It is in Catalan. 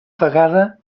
vegada